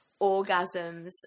orgasms